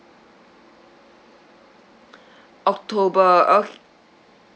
october